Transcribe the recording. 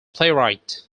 playwright